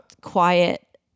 quiet